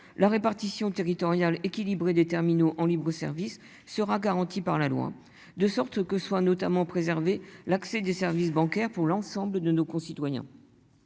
la répartition territoriale équilibrée des terminaux en libre-service sera garanti par la loi, de sorte que soit notamment préserver l'accès des services bancaires pour l'ensemble de nos concitoyens.